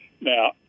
Now